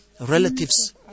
relatives